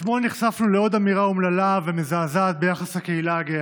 אתמול נחשפנו לעוד אמירה אומללה ומזעזעת ביחס לקהילה הגאה.